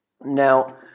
Now